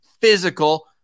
physical